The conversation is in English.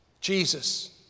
Jesus